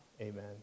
amen